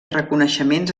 reconeixements